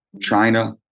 China